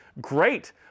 great